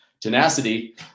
tenacity